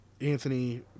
Anthony